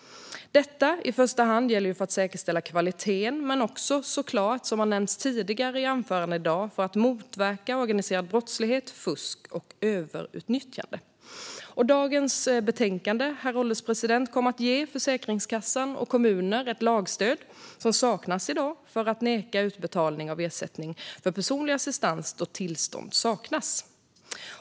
Detta handlar i första hand om att säkerställa kvaliteten, men det handlar såklart också, vilket har nämnts i tidigare anföranden i dag, om att motverka organiserad brottslighet, fusk och överutnyttjande. Herr ålderspresident! Dagens betänkande kommer att ge Försäkringskassan och kommunerna ett lagstöd som saknas i dag för att neka utbetalning av ersättning för personlig assistans då tillstånd saknas.